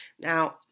Now